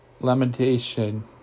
lamentation